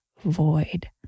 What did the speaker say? void